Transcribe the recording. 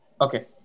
Okay